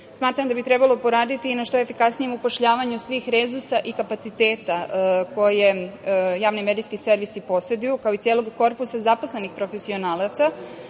smatram da bi trebalo poraditi na što efikasnijem upošljavanju svih resursa i kapaciteta koje javni medijski servisi poseduju, kao i celog korpusa zaposlenih profesionalaca